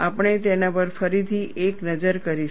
આપણે તેના પર ફરીથી એક નજર કરીશું